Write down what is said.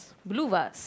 blue vase